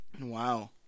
Wow